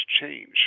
change